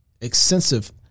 extensive